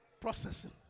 Processing